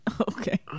Okay